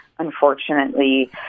Unfortunately